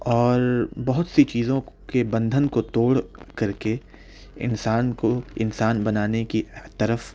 اور بہت سی چیزوں کے بندھن کو توڑ کر کے انسان کو انسان بنانے کی طرف